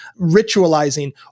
ritualizing